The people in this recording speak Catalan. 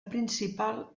principal